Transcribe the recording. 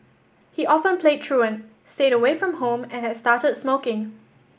he often played truant stayed away from home and had started smoking